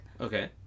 Okay